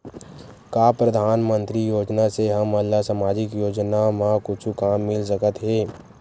का परधानमंतरी योजना से हमन ला सामजिक योजना मा कुछु काम मिल सकत हे?